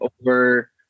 over